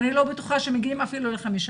אני לא בטוחה שמגיעים אפילו ל-2%.